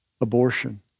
abortion